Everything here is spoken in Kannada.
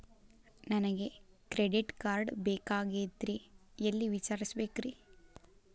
ನನಗೆ ಕ್ರೆಡಿಟ್ ಕಾರ್ಡ್ ಬೇಕಾಗಿತ್ರಿ ಎಲ್ಲಿ ವಿಚಾರಿಸಬೇಕ್ರಿ?